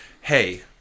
Hey